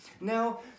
Now